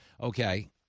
Okay